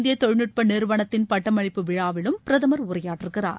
இந்திய தொழில்நுட்ப நிறுவனத்தின் பட்டமளிப்பு விழாவிலும் சென்னை பிரதமர் உரையாற்றுகிறார்